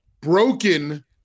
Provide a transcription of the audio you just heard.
broken